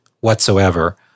whatsoever